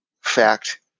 fact